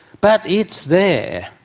but it's there,